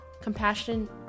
compassion